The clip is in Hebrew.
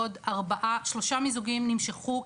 עוד שלושה מיזוגים נמשכו,